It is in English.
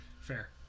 Fair